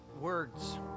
words